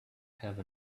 have